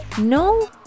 no